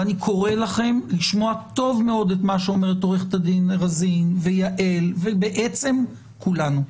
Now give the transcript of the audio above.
ואני קורא לכם לשמוע טוב מאוד את מה שאומרת עו"ד רזין ויעל ובעצם כולנו,